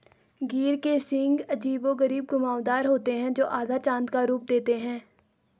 गिर के सींग अजीबोगरीब घुमावदार होते हैं, जो आधा चाँद का रूप देते हैं